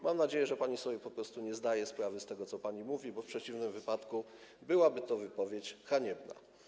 Mam nadzieję, że pani sobie po prostu nie zdaje sprawy z tego, co pani mówi, bo w przeciwnym wypadku byłaby to wypowiedź haniebna.